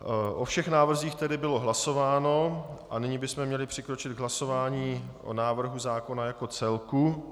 O všech návrzích tedy bylo hlasováno a nyní bychom měli přistoupit k hlasování o návrhu zákona jako celku.